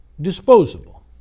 disposable